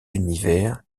univers